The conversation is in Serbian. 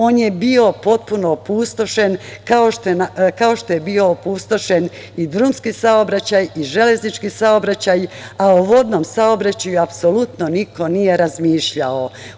On je bio potpuno opustošen, kao što je bio opustošen i drumski saobraćaj i železnički saobraćaj, a o vodnom saobraćaju apsolutno niko nije razmišljao.